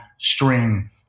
string